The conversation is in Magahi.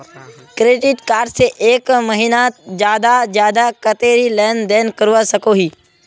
क्रेडिट कार्ड से एक महीनात ज्यादा से ज्यादा कतेरी लेन देन करवा सकोहो ही?